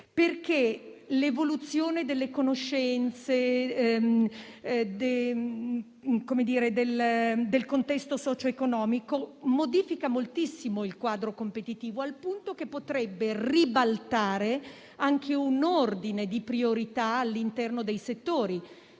perché l'evoluzione delle conoscenze e del contesto socio-economico modifica moltissimo il quadro competitivo, al punto che potrebbe ribaltare anche un ordine di priorità all'interno dei settori.